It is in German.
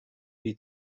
die